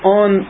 on